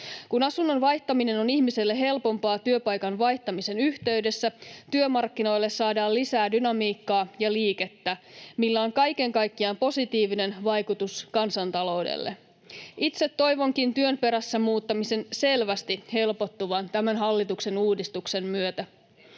Kun asunnon vaihtaminen on ihmiselle helpompaa työpaikan vaihtamisen yhteydessä, työmarkkinoille saadaan lisää dynamiikkaa ja liikettä, millä on kaiken kaikkiaan positiivinen vaikutus kansantaloudelle. Itse toivonkin työn perässä muuttamisen selvästi helpottuvan tämän hallituksen uudistuksen myötä.